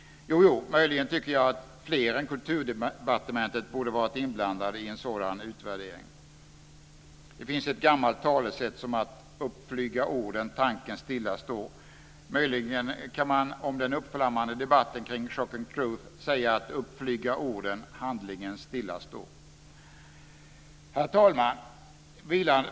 Jojo, men möjligen tycker jag nog att fler än Kulturdepartementet borde ha varit inblandade i en sådan utvärdering. Det finns ett gammalt talesätt om att upp flyga orden, tanken stilla står. Möjligen kan man om den uppflammande debatten kring Shocking truth säga att upp flyga orden, handlingen stilla står. Herr talman!